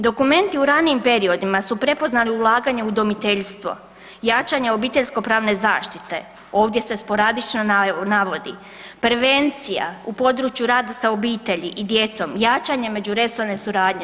Dokumenti u ranijim periodima su prepoznali ulaganja udomiteljstva, jačanje obiteljsko-pravne zaštite, ovdje se sporadično navodi prevencija u području rada sa obitelji i djecom, jačanje međuresorne suradnje.